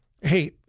Hey